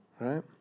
right